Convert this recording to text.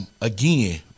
Again